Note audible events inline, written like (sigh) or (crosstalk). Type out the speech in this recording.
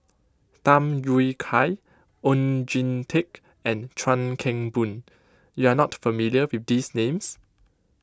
Tham Yui Kai Oon Jin Teik and Chuan Keng Boon you are not familiar with (unintelligible) names